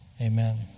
Amen